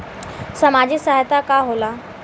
सामाजिक सहायता का होला?